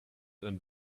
and